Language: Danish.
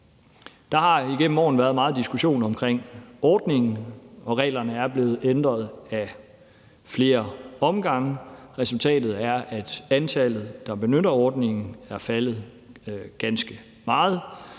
Der har igennem årene været meget diskussion omkring ordningen, og reglerne er blevet ændret ad flere omgange. Resultatet er, at antallet, der benytter ordningen, er faldet ganske meget.